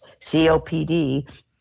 COPD